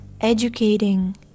educating